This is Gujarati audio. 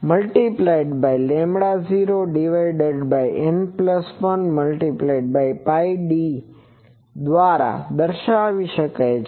650N1Πd દ્વારા દર્શાવી શકાય છે